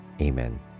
Amen